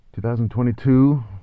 2022